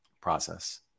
process